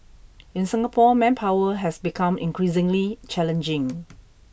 in Singapore manpower has become increasingly challenging